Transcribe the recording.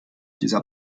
dieser